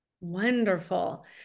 Wonderful